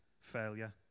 failure